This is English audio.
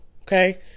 Okay